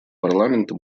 парламента